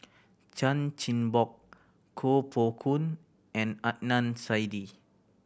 Chan Chin Bock Koh Poh Koon and Adnan Saidi